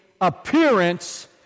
appearance